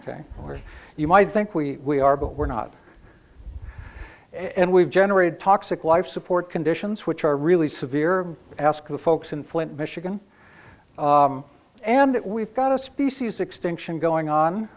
thing or you might think we are but we're not and we've generated toxic life support conditions which are really severe ask the folks in flint michigan and that we've got a species extinction going on